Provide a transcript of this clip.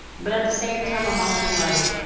but at the same time i'm also like,